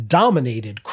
dominated